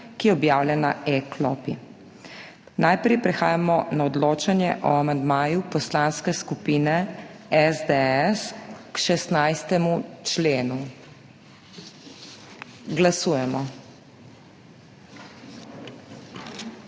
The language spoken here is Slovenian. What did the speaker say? ki je objavljen na e-klopi. Najprej prehajamo na odločanje o amandmaju Poslanske skupine SDS k 16. členu. Glasujemo.